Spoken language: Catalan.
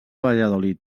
valladolid